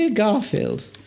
Garfield